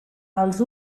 els